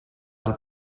del